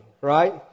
right